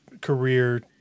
career